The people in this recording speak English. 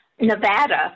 Nevada